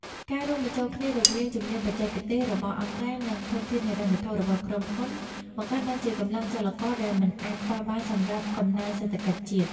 ការរួមបញ្ចូលគ្នារវាង "ជំនាញបច្ចេកទេស" របស់អង្គការ និង "ធនធានហិរញ្ញវត្ថុ" របស់ក្រុមហ៊ុន បង្កើតបានជាកម្លាំងចលករដែលមិនអាចខ្វះបានសម្រាប់កំណើនសេដ្ឋកិច្ចជាតិ។